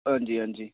हंजी हंजी